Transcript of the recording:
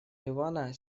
ливана